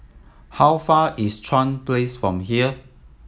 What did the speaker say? how far is Chuan Place from here